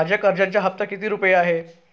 माझ्या कर्जाचा हफ्ता किती रुपये आहे?